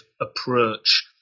approach